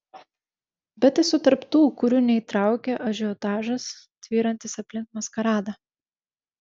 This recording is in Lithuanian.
bet esu tarp tų kurių neįtraukia ažiotažas tvyrantis aplink maskaradą